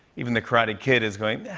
even the karate kid is going, ah,